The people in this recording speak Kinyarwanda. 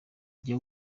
jya